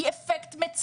כי יהיה לזה אפקט מצנן